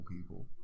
people